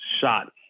shot